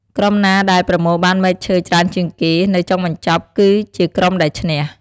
ក្រុមណាដែល ប្រមូលបានមែកឈើច្រើនជាងគេ នៅចុងបញ្ចប់ គឺជាក្រុមដែលឈ្នះ។